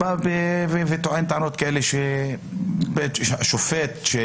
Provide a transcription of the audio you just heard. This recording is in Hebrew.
לא יכול לטעון טענות כאלה בפני השופט.